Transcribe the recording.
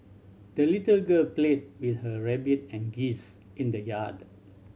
the little girl played with her rabbit and geese in the yard